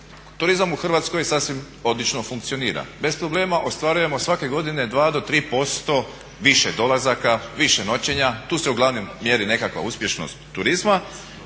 turizam u Hrvatskoj sasvim odlično funkcionira, bez problema ostvarujemo svake godine 2 do 3% više dolazaka, više noćenja, tu se uglavnom mjeri nekakva uspješnost turizma,